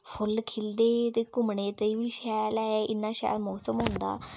फुल्ल खिलदे ते घुमने तेई बी शैल ऐ एह् इन्ना शैल मौसम होंदा